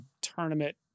tournament